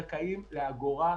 עצמאיים לא זכאים לדמי אבטלה,